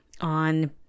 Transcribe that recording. on